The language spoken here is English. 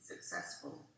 successful